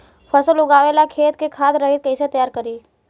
फसल उगवे ला खेत के खाद रहित कैसे तैयार करी?